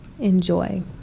Enjoy